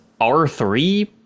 R3